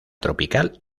tropical